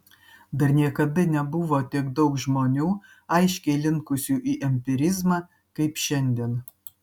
dar niekada nebuvo tiek daug žmonių aiškiai linkusių į empirizmą kaip šiandien